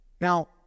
Now